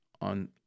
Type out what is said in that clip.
on